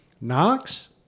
Knox